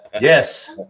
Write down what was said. Yes